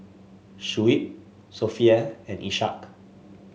Shuib Sofea and Ishak